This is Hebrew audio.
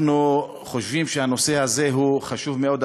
אנחנו חושבים שהנושא הזה הוא חשוב מאוד,